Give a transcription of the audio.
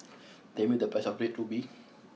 tell me the price of Red Ruby